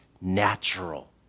natural